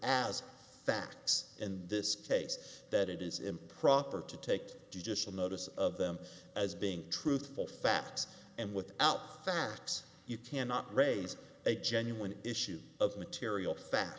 as facts in this case that it is improper to take digital notice of them as being truthful facts and without facts you cannot raise a genuine issue of material fa